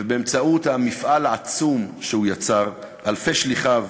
באמצעות המפעל העצום שהוא יצר, אלפי שליחיו